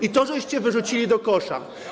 I to żeście wyrzucili do kosza.